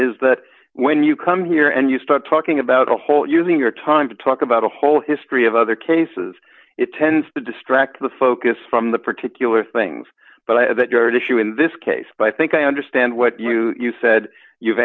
is that when you come here and you start talking about a whole using your time to talk about a whole history of other cases it tends to distract the focus from the particular things but i know that your issue in this case but i think i understand what you said you've